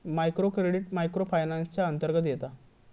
micro credit micro finance च्या अंतर्गत येता